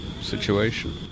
situation